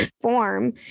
form